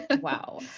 Wow